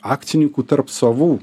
akcininkų tarp savų